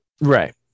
Right